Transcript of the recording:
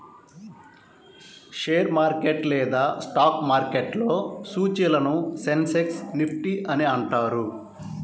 share market లేదా stock మార్కెట్లో సూచీలను సెన్సెక్స్, నిఫ్టీ అని అంటారు